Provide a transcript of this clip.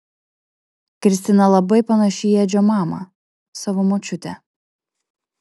kristina labai panaši į edžio mamą savo močiutę